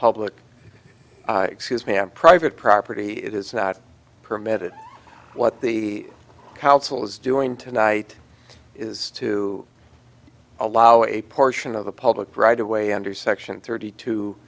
public excuse me have private property it is not permitted what the council is doing tonight is to allow a portion of the public right away under section thirty two